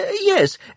Yes